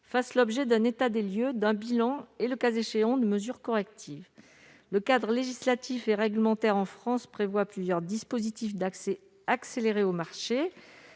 fassent l'objet d'un état des lieux, d'un bilan et, le cas échéant, de mesures correctives. Le cadre législatif et réglementaire en France prévoit plusieurs dispositifs d'accès accéléré au marché,